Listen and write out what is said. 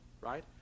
right